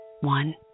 one